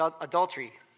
adultery